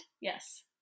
Yes